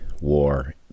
war